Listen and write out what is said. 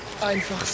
einfach